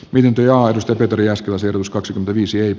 miten työajoista petri ja satuasetus kaksi viisi jyp